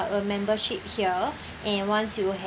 a membership here and once you